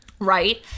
Right